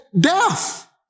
death